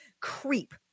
creep